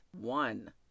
One